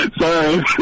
Sorry